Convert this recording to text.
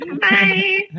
bye